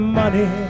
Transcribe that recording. money